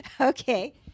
Okay